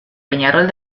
peñarol